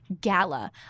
gala